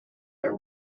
are